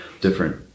different